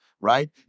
right